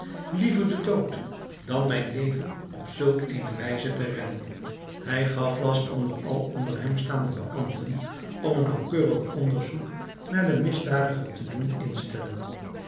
liever den dood dan mijn leven op zulk eene wijze redden hij gaf last aan alle onder hem staande beambten om een naauwkeurig onderzoek naar den misdadiger te doen instellen